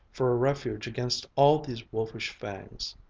for a refuge against all these wolfish fangs.